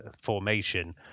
formation